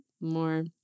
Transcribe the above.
more